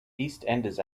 eastenders